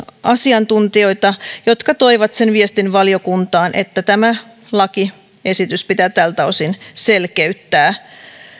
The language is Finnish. asiantuntijoita jota toivat sen viestin valiokuntaan että tämä lakiesitys pitää tältä osin selkeyttää